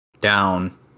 down